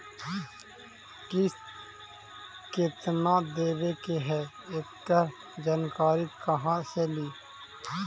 किस्त केत्ना देबे के है एकड़ जानकारी कहा से ली?